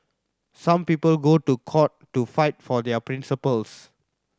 some people go to court to fight for their principles